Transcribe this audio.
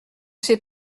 sais